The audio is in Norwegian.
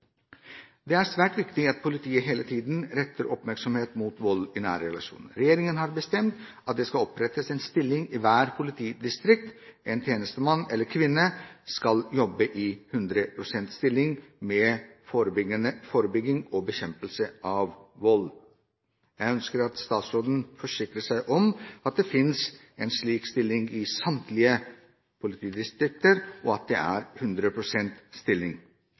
Det er svært viktig at politiet hele tiden retter oppmerksomheten mot vold i nære relasjoner. Regjeringen har bestemt at det skal opprettes en stilling i hvert politidistrikt. En tjenestemann eller kvinne skal jobbe i 100 pst. stilling med forebygging og bekjempelse av vold. Jeg ønsker at statsråden forsikrer seg om at det finnes en slik stilling i samtlige politidistrikter, og at det er 100 pst. stilling.